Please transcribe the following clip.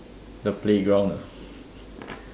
the playground